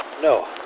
No